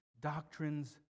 doctrines